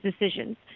decisions